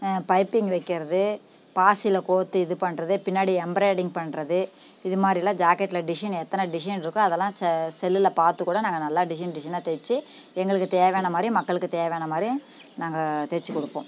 piping வைக்கிறது பாசியில் கோர்த்து இது பண்ணுறது பின்னாடி எம்பிராய்டிங் பண்ணுறது இதுமாதிரிலாம் ஜாக்கெட்டில் டிஷைன் எத்தனை டிஷைன் இருக்கோ அதெல்லாம் செல்லில் பார்த்து கூட நாங்கள் நல்லா டிஷைன் டிசைனா தைச்சி எங்களுக்கு தேவையான மாதிரி மக்களுக்கு தேவையான மாதிரி நாங்கள் தைச்சிக் கொடுப்போம்